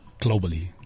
Globally